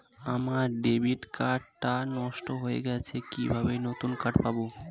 আমার debit card টা নষ্ট হয়ে গেছে কিভাবে নতুন কার্ড পাব?